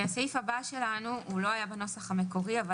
הסעיף הבא שלנו לא היה בנוסח המקורי אבל